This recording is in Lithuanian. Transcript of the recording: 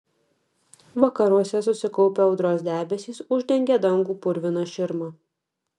vakaruose susikaupę audros debesys uždengė dangų purvina širma